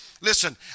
listen